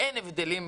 אין הבדלים.